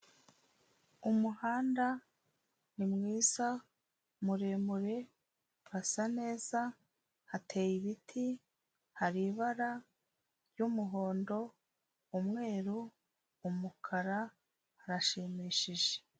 Umuhanda ni mwiza, muremure, hasa neza, hateye ibiti, hari ibara ry'umuhondo, umweru, umukara, harashimishije.